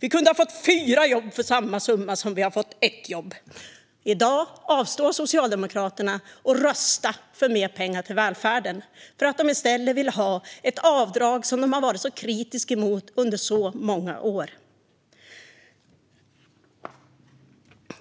Vi kunde ha fått fyra jobb för samma summa som vi fått ett jobb för! I dag avstår Socialdemokraterna från att rösta för mer pengar till välfärden för att de i stället vill ha ett avdrag som de varit kritiska mot under många år.